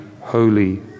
holy